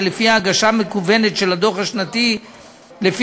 שלפיה הגשה מקוונת של הדוח השנתי לפי